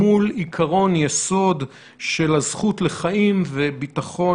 מול עיקרון יסוד של הזכות לחיים ולביטחון